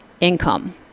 income